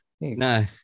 no